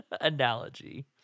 analogy